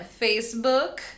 Facebook